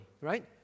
right